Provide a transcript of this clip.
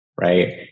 right